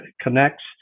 connects